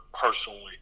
personally